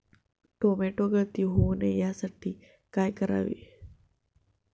Tomato गळती होऊ नये यासाठी काय करावे?